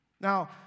Now